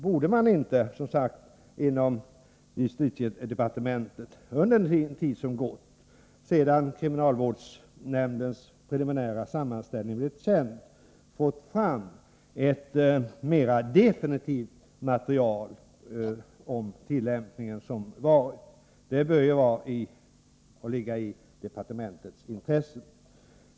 Borde man inte i departementet — för att återigen ta upp den frågan - under den tid som gått sedan kriminalvårdsnämndens preliminära sammanställning offentliggjorts ha fått fram ett mera definitivt material i fråga om tillämpningen? Det bör ligga i departementets intresse.